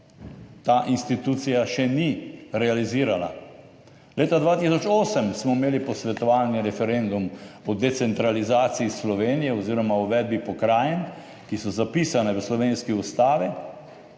ta institucija še ni realizirala. Leta 2008 smo imeli Posvetovalni referendum o decentralizaciji Slovenije oziroma o uvedbi pokrajin, ki so zapisane v slovenski Ustavi.